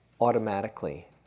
automatically